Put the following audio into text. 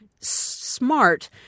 Smart